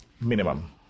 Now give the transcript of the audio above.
Minimum